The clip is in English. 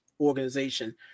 organization